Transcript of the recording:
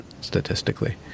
statistically